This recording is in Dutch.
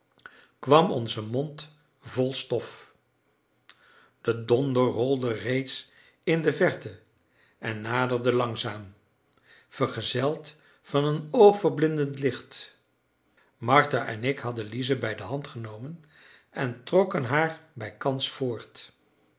kwam onze mond vol stof de donder rolde reeds in de verte en naderde langzaam vergezeld van een oogverblindend licht martha en ik hadden lize bij de hand genomen en trokken haar bijkans voort